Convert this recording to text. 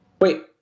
Wait